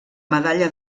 medalla